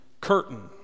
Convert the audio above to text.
curtain